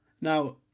Now